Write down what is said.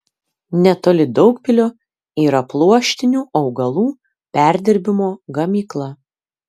netoli daugpilio yra pluoštinių augalų perdirbimo gamykla